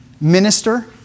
minister